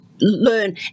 learn